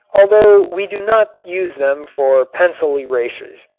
although we do not use them for pencil erasers.